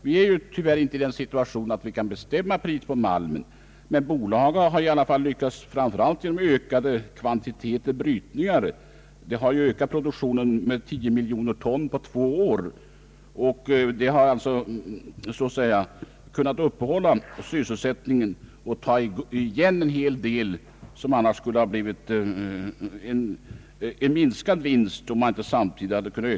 Vi är tyvärr inte i den situationen att vi kan bestämma priset på malmen, men bolaget har i alla fall framför allt genom ökad kvantitet brytningar lyckats öka produktionen med 10 miljoner ton på två år. Det är detta som har kunnat upprätthålla sysselsättningen och bidragit till att man undvikit en ännu mindre vinst.